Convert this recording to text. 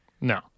No